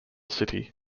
city